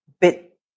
Bit